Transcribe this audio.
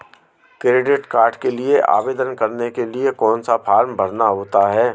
Credit card के लिए आवेदन करने के लिए कौन सा फॉर्म भरना होता है?